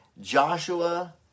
Joshua